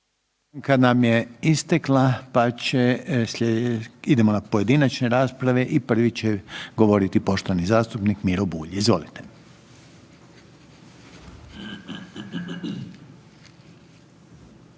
NASTAVAK NAKON STANKE Idemo na pojedinačne rasprave i prvi će govoriti poštovani zastupnik Miro Bulj. Izvolite.